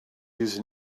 used